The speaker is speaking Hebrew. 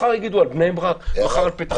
מחר יגידו על בני ברק, מחרתיים על פתח תקוה.